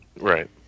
Right